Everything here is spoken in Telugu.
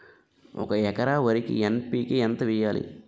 ఒక ఎకర వరికి ఎన్.పి.కే ఎంత వేయాలి?